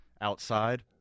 outside